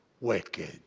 wicked